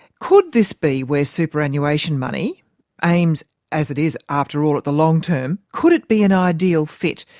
could this be where superannuation money aimed as it is, after all, at the long term could it be an ideal fit?